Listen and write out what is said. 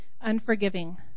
unforgiving